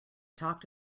talked